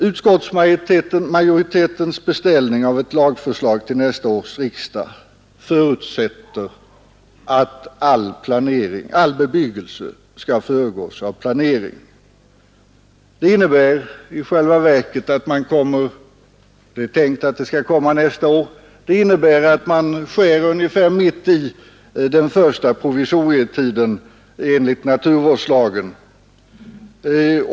Utskottsmajoritetens beställning av ett lagförslag förutsätter att all bebyggelse skall föregås av planering. Det är tänkt att förslaget skall komma nästa år, och det innebär att det sker ungefär mitt i den första provisorietiden enligt naturvårdslagen.